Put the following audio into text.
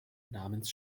namens